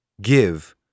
give